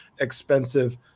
expensive